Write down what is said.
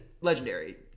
legendary